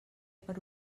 per